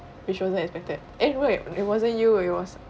which wasn't expected eh wait it wasn't you it was